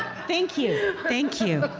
thank you, thank you. i